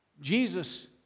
Jesus